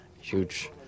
huge